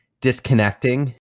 disconnecting